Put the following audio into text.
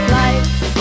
life